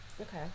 Okay